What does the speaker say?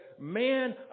Man